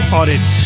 Audit